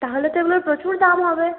তাহলে তো এগুলোর প্রচুর দাম হবে